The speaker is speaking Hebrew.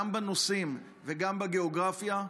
גם בנושאים וגם בגיאוגרפיה,